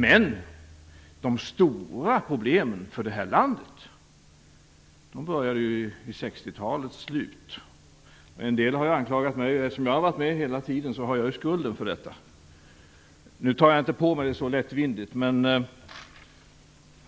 Men de stora problemen för det här landet började vid 60-talets slut. En del har anklagat mig. Eftersom jag var med hela tiden har jag skulden för detta. Nu tar jag inte på mig det så lättvindigt. Men